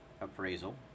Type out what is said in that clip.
appraisal